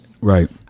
Right